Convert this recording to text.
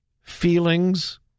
Feelings